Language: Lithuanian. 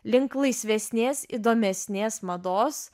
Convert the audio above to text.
link laisvesnės įdomesnės mados